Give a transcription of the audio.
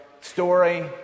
story